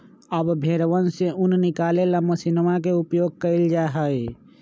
अब भेंड़वन से ऊन निकाले ला मशीनवा के उपयोग कइल जाहई